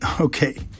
okay